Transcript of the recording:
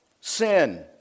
sin